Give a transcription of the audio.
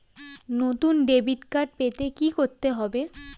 নতুন debit card পেতে কী করতে হবে?